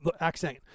accent